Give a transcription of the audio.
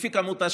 לפי מספר השעות,